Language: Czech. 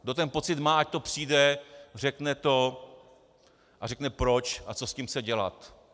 Kdo ten pocit má, ať přijde, řekne to, řekne proč, a co s tím chce dělat.